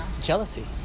Jealousy